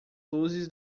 luzes